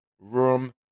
room